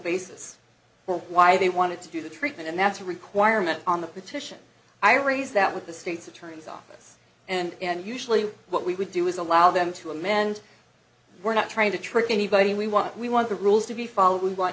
basis for why they wanted to do the treatment and that's a requirement on the petition i raise that with the state's attorney's office and usually what we would do is allow them to amend we're not trying to trick anybody we want we want the rules to be followed we want